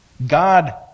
God